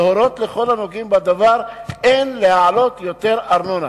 להורות לכל הנוגעים בדבר שאין להעלות יותר ארנונה.